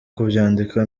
kubyandika